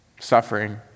Suffering